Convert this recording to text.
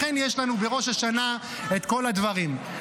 לכן יש לנו בראש השנה את כל הדברים,